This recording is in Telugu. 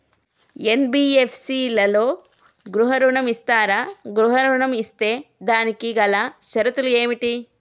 ఎన్.బి.ఎఫ్.సి లలో గృహ ఋణం ఇస్తరా? గృహ ఋణం ఇస్తే దానికి గల షరతులు ఏమిటి?